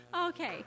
Okay